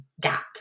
gaps